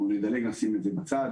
נשים את זה בצד.